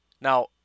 Now